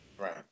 right